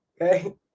Okay